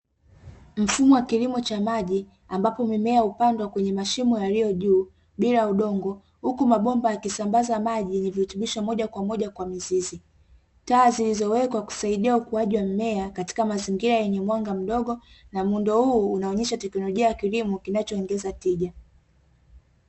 Mfumo wa kilimo cha maji ambapo mimea hupandwa kwenye mashimo yaliyojuu bila bila ya udongo huku mabomba yakisambaza maji na virutubisho moja kwa moja kwa mizizi, taa zilizowekwa husaidia ukuwaji wa mimea katika mazingira yenye mwanga mdogo na muundo huu unaonyesha teknolojia ya kilimo kinacho ongeza tija.